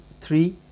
three